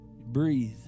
Breathe